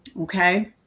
Okay